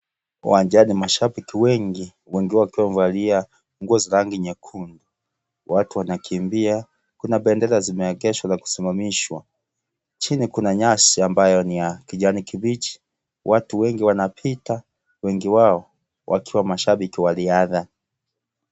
Uwanjani mashabiki wengi, wengi wao wakiwa wamevalia nguo za rangi nyekundu, watu wanakimbia, kuna bendera zimeegeshwa na kusimamishwa, chini kuna nyasi ambayo ni ya kijani kibichi, watu wengi wanapita wengi wao wakiwa mashabiki wa riadha.